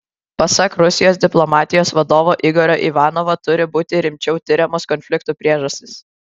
pasak rusijos diplomatijos vadovo igorio ivanovo turi būti rimčiau tiriamos konfliktų priežastys